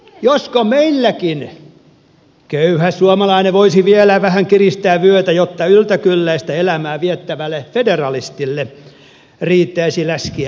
josko meilläkin köyhä suomalainen voisi vielä vähän kiristää vyötä jotta yltäkylläistä elämää viettävälle federalistille riittäisi läskiä leivän päälle